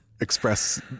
express